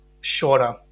shorter